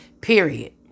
Period